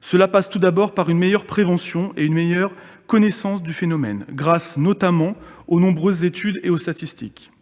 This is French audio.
Cela passe tout d'abord par une meilleure prévention et une meilleure connaissance du phénomène grâce, notamment, à des études et des statistiques plus nombreuses.